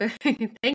thank